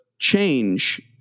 change